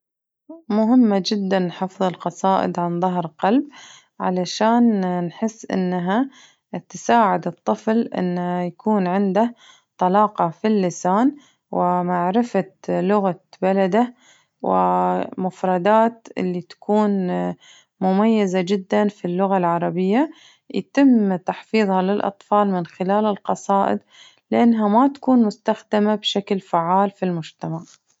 مهمة جداً حفظ القصائد عن ظهر قلب علشانإنها تساعد الطفل إنه يكون عنده طلاقة في اللسان ومعرفة لغة بلده ومفردات اللي تكون مميزة جداً في اللغة العربية يتم تحفيظها للأطفال من خلال القصائد لأنها ما تكون مستخدمة فشكل فعال في المجتمع.